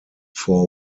four